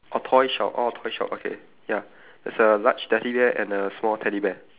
orh toy shop orh toy shop okay ya there's a large teddy bear and a small teddy bear